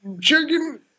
chicken